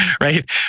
right